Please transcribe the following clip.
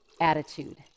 attitude